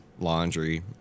laundry